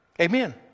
Amen